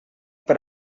per